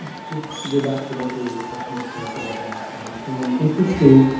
just to go back to that tourism question before i forget that. i think an interesting